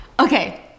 Okay